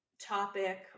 topic